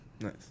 Nice